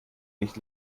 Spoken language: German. nicht